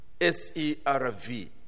S-E-R-V